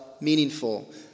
meaningful